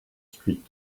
street